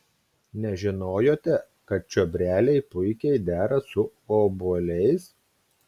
nežinojote kad čiobreliai puikiai dera su obuoliais